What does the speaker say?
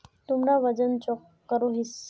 तुमरा वजन चाँ करोहिस?